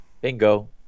Bingo